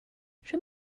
show